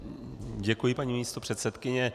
Děkuji, paní místopředsedkyně.